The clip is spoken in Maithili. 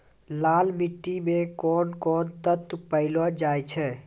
लाल मिट्टी मे कोंन कोंन तत्व पैलो जाय छै?